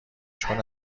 چون